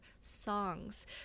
songs